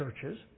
churches